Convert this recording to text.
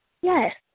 Yes